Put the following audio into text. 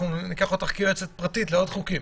ניקח אותך כיועצת פרטית לעוד חוקים...